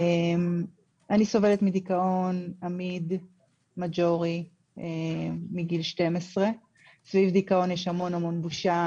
אני סובלת מדיכאון עמיד מז'ורי מגיל 12. סביב דיכאון יש המון המון בושה,